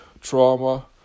trauma